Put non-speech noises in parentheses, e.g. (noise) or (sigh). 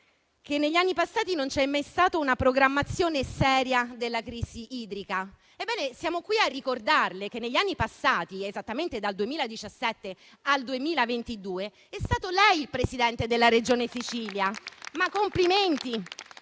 che negli anni passati non c'è mai stata una programmazione seria della crisi idrica. Ebbene, siamo qui a ricordarle che negli anni passati, esattamente dal 2017 al 2022, è stato lei il Presidente della Regione Sicilia. (applause)